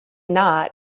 not